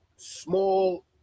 small